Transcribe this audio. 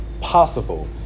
possible